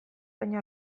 baino